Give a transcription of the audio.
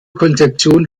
konzeption